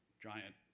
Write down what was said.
giant